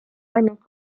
ainult